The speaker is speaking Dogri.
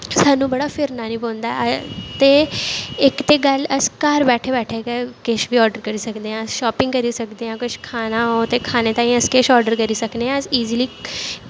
सानूं बड़ा फिरना निं पौंदा ऐ ते इक ते गल्ल अस घर बैठे बैठे गै किश बी आर्डर सकदे आं शापिंग करी सदे आं किश खाना होग ते खाने ताईं अस आर्डर करी सकने आं अस ईजली